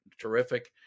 terrific